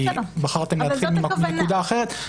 כי בחרתם להתחיל מנקודה אחת,